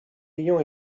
ayant